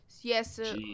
yes